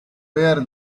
where